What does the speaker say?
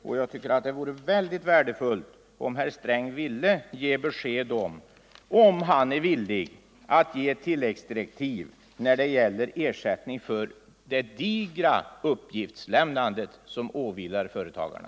Det vore myck = skyldighet att lämna et värdefullt om herr Sträng gav besked om huruvida han är villig att — uppgifter till statliga ge tilläggsdirektiv när det gäller ersättning för det digra uppgiftslämnande myndigheter som åvilar företagarna.